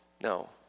No